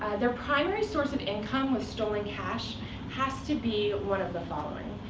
their primary source of income with stolen cash has to be one of the following.